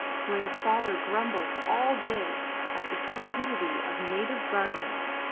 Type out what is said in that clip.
where the father grumbled all day at the stupidity of native gardeners,